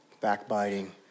backbiting